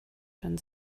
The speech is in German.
dann